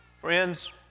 Friends